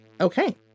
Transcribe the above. Okay